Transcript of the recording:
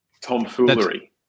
tomfoolery